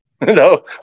No